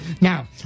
Now